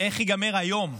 איך ייגמר היום,